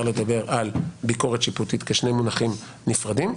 לדבר על ביקורת שיפוטית כשני מונחים נפרדים.